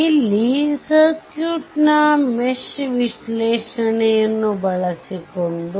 ಇಲ್ಲಿ ಸರ್ಕ್ಯೂಟ್ನ ಮೆಶ್ ವಿಶ್ಲೇಷಣೆಯನ್ನು ಬಳಸಿಕೊಂಡು